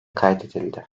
kaydedildi